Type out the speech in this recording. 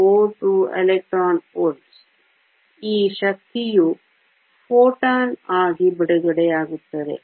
42 ev ಈ ಶಕ್ತಿಯು photon ಆಗಿ ಬಿಡುಗಡೆಯಾಗುತ್ತದೆ